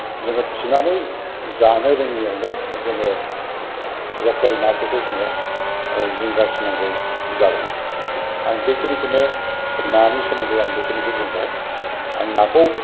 जोङो थिनानै जानो रोङियावनो जोङो लकेल नाफोरखौ जोङो जिंगासिनांगौ जादों आरो आं बेखिनिखौनो नानि सोमोन्दै आं बेखिनिखौ बुंबाय आं नाखौ